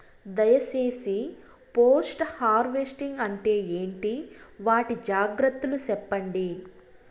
దయ సేసి post harvesting అంటే ఏంటి? వాటి జాగ్రత్తలు సెప్పండి?